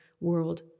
world